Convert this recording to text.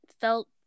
felt